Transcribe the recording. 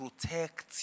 protect